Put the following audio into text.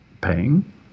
paying